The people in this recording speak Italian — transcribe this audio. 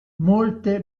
molte